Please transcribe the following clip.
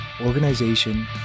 organization